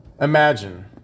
Imagine